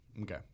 okay